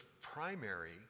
primary